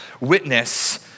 witness